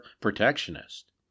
protectionist